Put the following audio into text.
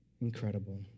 Incredible